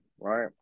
right